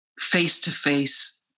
face-to-face